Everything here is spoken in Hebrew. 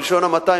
בלשון המעטה,